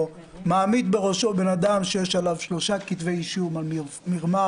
או מעמיד בראשו בן אדם שיש עליו שלושה כתבי אישום על מרמה,